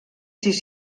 sis